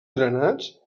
drenats